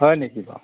হয় নেকি বাৰু